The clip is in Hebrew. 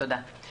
תודה.